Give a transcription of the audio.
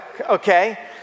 okay